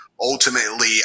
ultimately